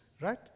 right